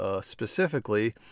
Specifically